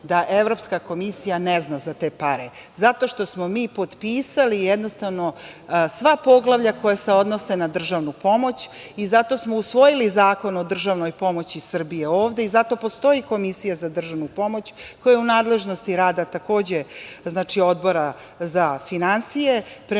da Evropska komisija ne zna za te pare, zato što smo mi potpisali sva poglavlja koja se odnose na državnu pomoć i zato smo usvojili Zakon o državnoj pomoći Srbije ovde. Zato postoji Komisija za državnu pomoć, koja je u nadležnosti rada takođe Odbora za finansije. Prema